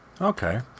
Okay